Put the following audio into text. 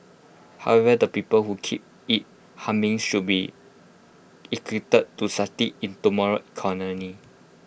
however the people who keep IT humming should be equipped to succeed in tomorrow's economy